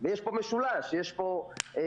יש פה משולש, יש פה הורים,